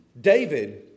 David